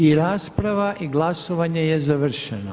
I rasprava i glasovanje je završeno.